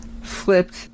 flipped